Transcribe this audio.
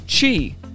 Chi